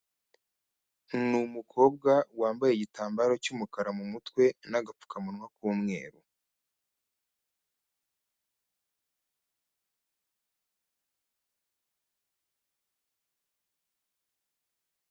Ni umukobwa wambaye igitambaro cy'umukara mu mutwe n'agapfukamunwa k'umweru.